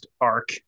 arc